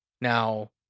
Now